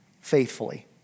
faithfully